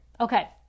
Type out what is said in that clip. Okay